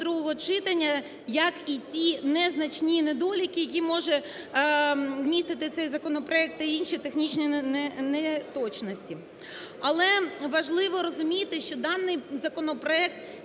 другого читання, як і ті незначні недоліки, які може вмістити цей законопроект, та інші технічні неточності. Але важливо розуміти, що даний законопроект